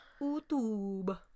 YouTube